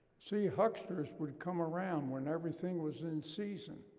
see, hucksters would come around when everything was in season,